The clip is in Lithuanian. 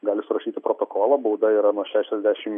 gali surašyti protokolą bauda yra nuo šešiasdešim